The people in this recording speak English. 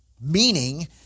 meaning